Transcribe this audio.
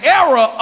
era